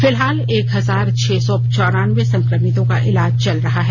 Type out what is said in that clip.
फिलहाल एक हजार छह सौ चारान्बे संक्रमितों का इलाज चल रहा है